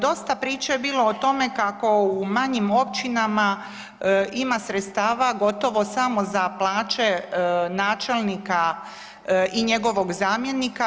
Dosta priče je bilo o tome kako u manjim općinama ima sredstava gotovo samo za plaće načelnika i njegovog zamjenika.